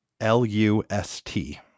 L-U-S-T